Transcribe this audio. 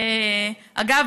אגב,